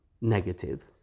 negative